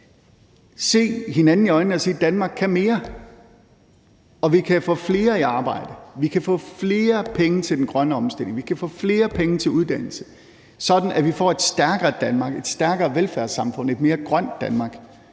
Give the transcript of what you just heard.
se hinanden i øjnene og sige: Danmark kan mere; og vi kan få flere i arbejde; vi kan få flere penge til den grønne omstilling; vi kan få flere penge til uddannelse, sådan at vi får et stærkere Danmark, et stærkere velfærdssamfund, et mere grønt Danmark.